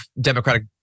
Democratic